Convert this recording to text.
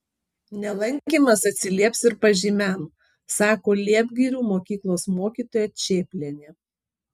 nelankymas atsilieps ir pažymiam sako liepgirių mokyklos mokytoja čėplienė